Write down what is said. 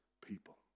people